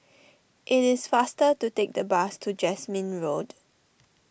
it is faster to take the bus to Jasmine Road